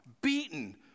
beaten